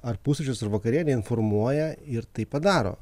ar pusryčius ar vakarienę informuoja ir tai padaro